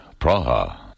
Praha